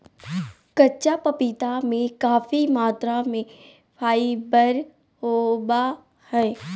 कच्चा पपीता में काफी मात्रा में फाइबर होबा हइ